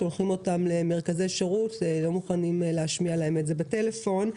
שולחים אותם למרכזי שירות ולא מוכנים להשמיע להם אותה בטלפון.